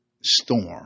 storm